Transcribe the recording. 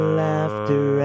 laughter